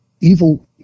Evil